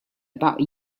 about